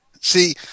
See